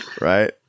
Right